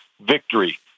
victory